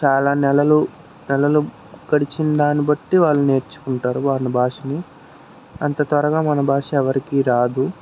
చాలా నెలలు నెలలు గడిచిన దాన్ని బట్టి వాళ్ళు నేర్చుకుంటారు వారుని భాషని అంత త్వరగా మన భాష ఎవరికీ రాదు